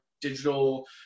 digital